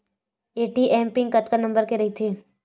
ATM pin कतका number के रही थे?